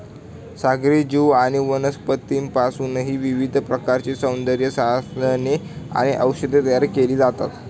सागरी जीव आणि वनस्पतींपासूनही विविध प्रकारची सौंदर्यप्रसाधने आणि औषधे तयार केली जातात